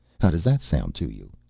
how does that sound to you?